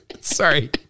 sorry